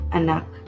anak